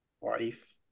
wife